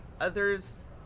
others